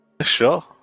Sure